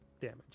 damage